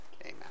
Amen